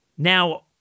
Now